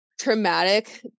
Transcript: traumatic